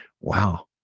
Wow